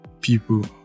people